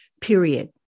period